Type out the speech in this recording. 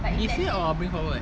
this year or bring forward